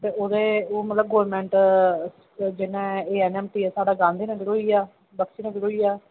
ते ओह्दे ओह् मतलब गौरमेट जियां एह् साढ़ा गांधीनगर होइया बख्शीनगर होइया